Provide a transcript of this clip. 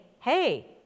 hey